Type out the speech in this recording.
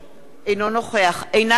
אינו נוכח עינת וילף,